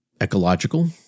ecological